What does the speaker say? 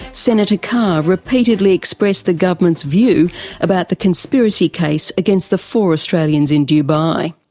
senator carr repeatedly expressed the government's view about the conspiracy case against the four australians in dubai.